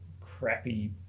crappy